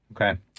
Okay